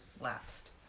lapsed